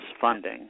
funding